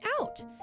out